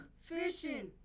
fishing